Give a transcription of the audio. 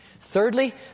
Thirdly